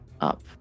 up